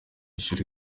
shuri